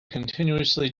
continuously